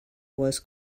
was